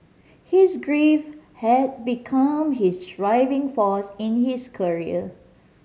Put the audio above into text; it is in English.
his grief had become his driving force in his career